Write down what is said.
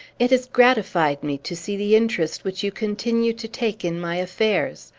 it has gratified me to see the interest which you continue to take in my affairs!